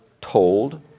told